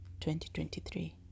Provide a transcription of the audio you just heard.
2023